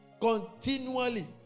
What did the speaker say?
continually